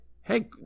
hey